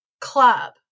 club